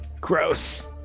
Gross